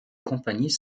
compagnies